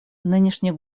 нынешний